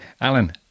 Alan